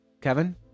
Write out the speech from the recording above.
Kevin